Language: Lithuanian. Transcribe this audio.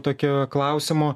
tokio klausimo